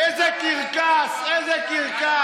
איזה קרקס, איזה קרקס.